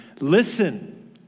Listen